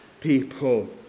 people